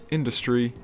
Industry